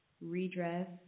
redress